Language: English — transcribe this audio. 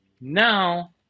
now